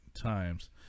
times